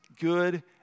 good